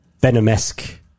venom-esque